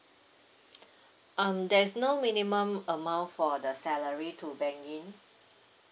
um there's no minimum amount for the salary to bank in